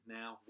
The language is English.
now